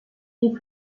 die